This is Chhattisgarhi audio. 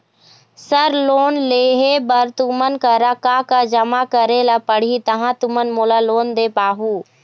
सर लोन लेहे बर तुमन करा का का जमा करें ला पड़ही तहाँ तुमन मोला लोन दे पाहुं?